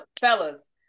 Fellas